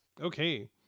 Okay